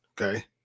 Okay